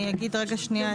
אני אגיד רגע שנייה.